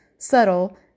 subtle